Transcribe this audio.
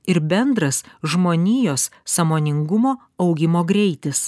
ir bendras žmonijos sąmoningumo augimo greitis